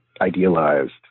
idealized